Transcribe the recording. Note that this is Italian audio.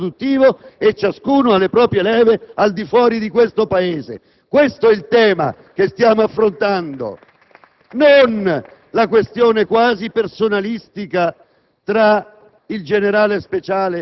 che giocano sul sistema bancario, finanziario, industriale e produttivo e ciascuno ha le proprie leve al di fuori di questo Paese. Questo è il tema che stiamo affrontando.